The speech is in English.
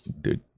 dude